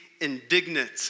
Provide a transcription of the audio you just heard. indignant